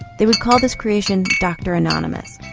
they would call this creation dr anonymous,